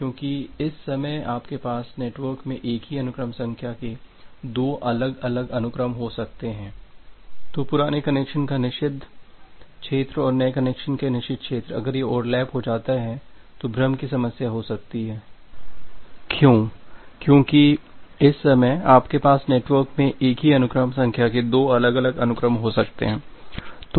क्योंकि इस समय आपके पास नेटवर्क में एक ही अनुक्रम संख्या के दो अलग अलग अनुक्रम हो सकते हैं